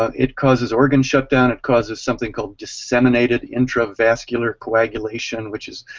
um it causes organ shut down, it causes something called disseminated intravascular coagulation which is